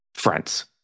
Friends